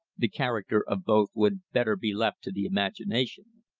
the character of both would better be left to the imagination.